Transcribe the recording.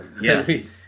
yes